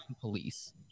police